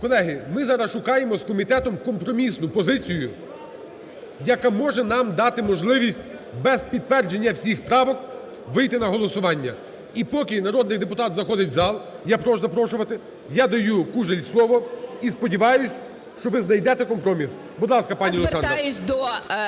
Колеги, ми зараз шукаємо з комітетом компромісну позицію, яка може нам дати можливість без підтвердження всіх правок вийти на голосування. І поки народний депутат заходить в зал, я прошу запрошувати, я даю Кужель слово і сподіваюсь, що ви знайдете компроміс. Будь ласка, пані Олександра.